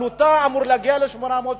עלותה אמורה להגיע ל-870,